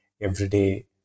everyday